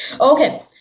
Okay